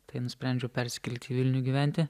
tai nusprendžiau persikelti į vilnių gyventi